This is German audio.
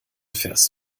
fährst